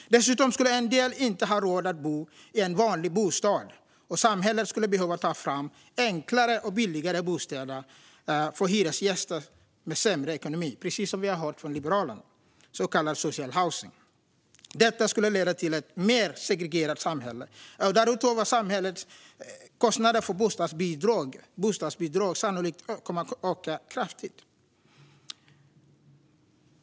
Dessutom skulle en del inte ha råd att bo i en vanlig bostad, och samhället skulle behöva ta fram enklare och billigare bostäder för hyresgäster med sämre ekonomi, precis som vi har hört från Liberalerna, så kallad social housing. Detta skulle leda till ett mer segregerat samhälle. Därutöver skulle samhällets kostnader för bostadsbidrag sannolikt öka kraftigt.